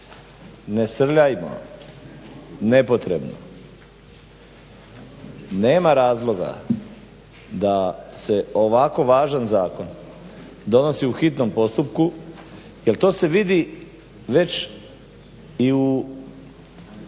ne srljaj nepotrebno, nema razloga da se ovako važan zakon donosi u hitnom postupku jer to se vidi već i u